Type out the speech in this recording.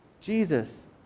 Jesus